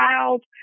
child